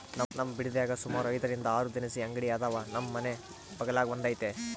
ನಮ್ ಬಿಡದ್ಯಾಗ ಸುಮಾರು ಐದರಿಂದ ಆರು ದಿನಸಿ ಅಂಗಡಿ ಅದಾವ, ನಮ್ ಮನೆ ಬಗಲಾಗ ಒಂದೈತೆ